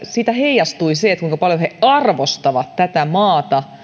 siitä heijastui se kuinka paljon he arvostavat tätä maata